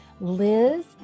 liz